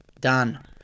Done